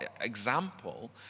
example